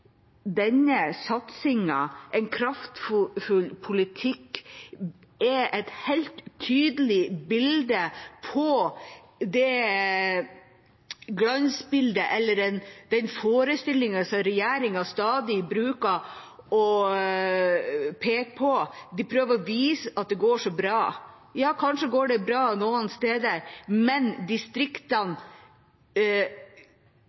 denne satsingen en kraftfull politikk er helt tydelig et glansbilde – eller en forestilling som regjeringen stadig bruker å peke på. De prøver å vise at det går så bra. Ja, kanskje går det bra noen steder, men distriktene